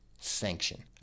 sanction